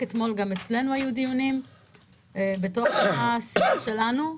רק אתמול היו דיונים גם בתוך הסיעה שלנו,